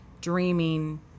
dreaming